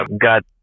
Got